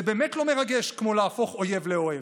זה באמת לא מרגש כמו להפוך אויב לאוהב,